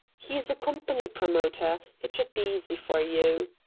he is a company promoter. it should be easy for you.